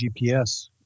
GPS